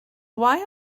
why